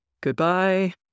Goodbye